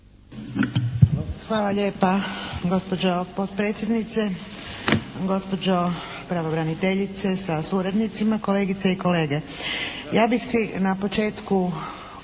Hvala lijepa gospođo potpredsjednice. Gospođo pravobraniteljice sa suradnicima, kolegice i kolege. Ja bih si na početku